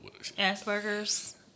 Asperger's